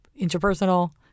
interpersonal